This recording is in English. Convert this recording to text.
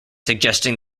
suggesting